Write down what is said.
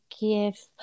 give